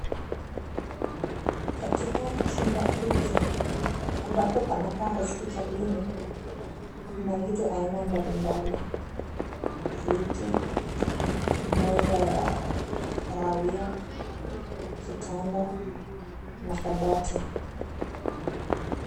Katika chumba hiki ambapo panakaa hospitalini, kuna vitu aina mbalimbali viti, meza ya kahawia, kitanda na kabati.